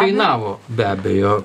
kainavo be abejo